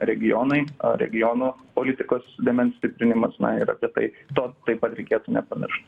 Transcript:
regionai a regionų politikos dėmens stiprinimas ir apie tai to taip pat reikėtų nepamiršt